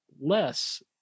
less